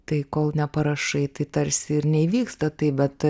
tai kol neparašai tai tarsi ir neįvyksta taip bet